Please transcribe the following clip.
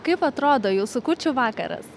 kaip atrodo jūsų kūčių vakaras